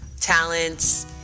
talents